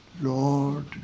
Lord